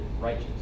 righteous